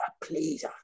please